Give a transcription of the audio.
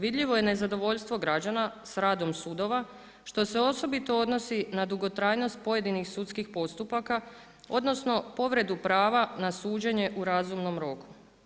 Vidljivo je nezadovoljstvo građana s radom sudova što se osobito odnosi na dugotrajnost pojedinih sudskih postupaka, odnosno povredu prava na suđenje u razumnom roku.